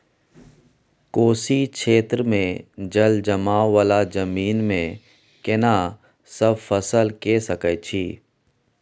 कोशी क्षेत्र मे जलजमाव वाला जमीन मे केना सब फसल के सकय छी?